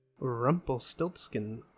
Rumpelstiltskin